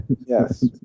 Yes